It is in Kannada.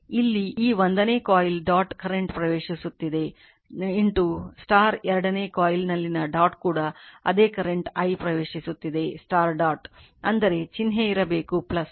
ಇಲ್ಲಿ ಈ 1 ನೇ ಕಾಯಿಲ್ ಡಾಟ್ ಕರೆಂಟ್ ಪ್ರವೇಶಿಸುತ್ತಿದೆ 2 ನೇ ಕಾಯಿಲ್ನಲ್ಲಿನ ಡಾಟ್ ಕೂಡ ಅದೇ ಕರೆಂಟ್ i ಪ್ರವೇಶಿಸುತ್ತಿದೆ ಡಾಟ್ ಅಂದರೆ ಚಿಹ್ನೆ ಇರಬೇಕು ಇದು L1 ಅವುಗಳ ಇಂಡಕ್ಟನ್ಸ್